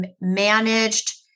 managed